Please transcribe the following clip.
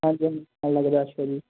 ਹਾਂਜੀ ਹਾਂਜੀ